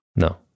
No